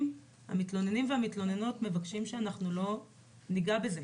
המתלוננים והמתלוננות מבקשים שאנחנו לא ניגע בזה.